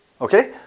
Okay